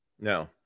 No